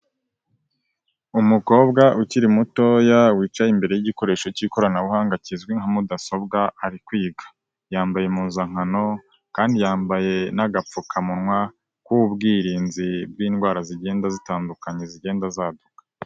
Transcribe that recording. Umukobwa ukiri mutoya wicaye imbere y'gikoresho cy'ikoranabuhanga kizwi nka mudasobwa ari kwiga, yambaye impuzankano kandi yambaye n'agapfukamunwa k'ubwirinzi bw'indwara zigenda zitandukanye zigenda zaduka.